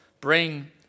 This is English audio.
bring